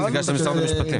הנציגה של משרד המשפטים.